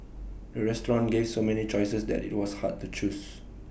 the restaurant gave so many choices that IT was hard to choose